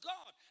God